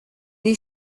est